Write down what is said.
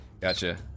Gotcha